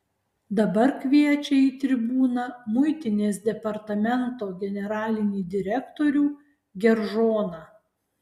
dabar kviečia į tribūną muitinės departamento generalinį direktorių geržoną